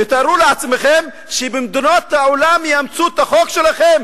תארו לעצמכם שבמדינות העולם יאמצו את החוק שלכם